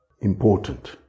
important